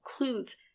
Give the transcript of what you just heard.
includes